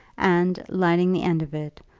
and, lighting the end of it,